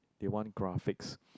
they want graphics